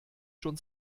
schon